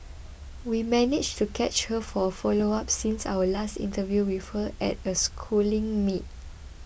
we managed to catch her for a follow up since our last interview with her at a Schooling meet